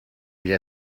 ell